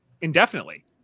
indefinitely